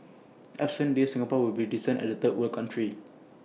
absent these Singapore will be descend A third world country